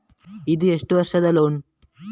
ಇದು ಎಷ್ಟು ವರ್ಷದ ಲೋನ್?